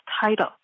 title